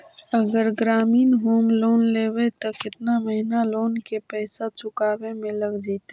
अगर ग्रामीण home loan लेबै त केतना महिना लोन के पैसा चुकावे में लग जैतै?